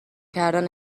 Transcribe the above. کردن